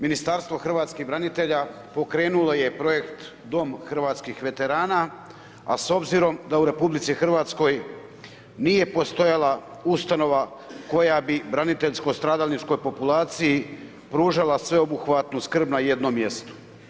Ministarstvo hrvatskih branitelja pokrenulo je projekt Dom hrvatskih veterana, a s obzirom da u RH nije postojala ustanova koja bi braniteljsko-stradalničkoj populaciji pružala sveobuhvatnu skrb na jednom mjestu.